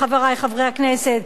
חברי חברי הכנסת,